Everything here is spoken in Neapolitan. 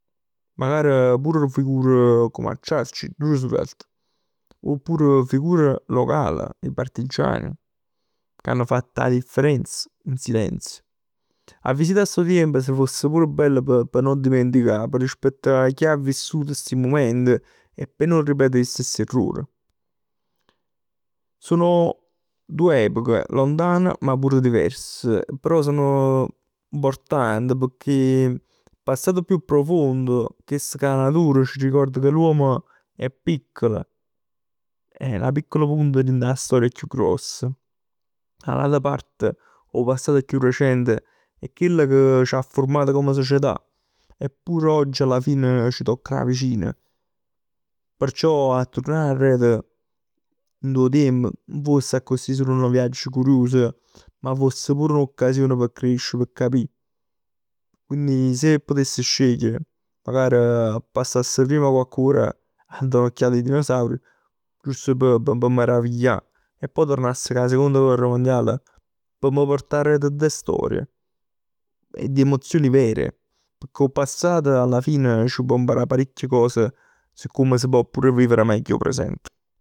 Magari pur figur come a Churchill e Roosevelt. Oppure figure locali. 'E partigiani, che hanno fatto 'a differenza in silenzio. A visità stu tiemp s' foss pure bello p' p' non dimenticà. P' rispettà chi 'a vissuto sti mument e p' non ripetere 'e stess errori. Sono due epoche, lontane, ma pure diverse. Però sono important, pecchè passato più profondo, chest ca dura, c'arricord ca l'uomo è piccolo. Eh è 'na piccola punta dint 'a storia chiù gross. 'A l'ata parte 'o passato chiù recente è chell che c' ha formato come società. E pure oggi alla fine c' tocc da vicino. Perciò a turnà aret dint 'o tiemp nun foss accussì sul nu viagg curius, ma foss pur n'occasion p' cresce, p' capì. Quindi se putess scegliere, magari passass primm cocche ora a dà n'occhiata 'e dinosauri giusto p' p' p' m' meraviglià. E poi turnass cu 'a Seconda Guerra Mondiale p' m' purtà aret doje storie. Di emozioni vere. Pecchè 'o passato alla fine c' pò imparà parecchie cose su come si pò pur vivere meglio 'o present.